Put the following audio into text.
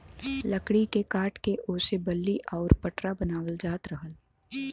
लकड़ी के काट के ओसे बल्ली आउर पटरा बनावल जात रहल